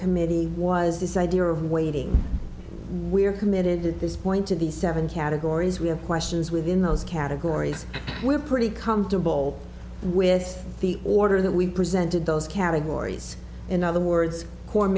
committee was this idea of waiting we're committed at this point to these seven categories we have questions within those categories we're pretty comfortable with the order that we presented those categories in other words cor